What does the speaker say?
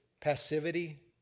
passivity